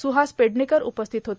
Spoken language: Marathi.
सुहास पेडणेकरउपस्थित होते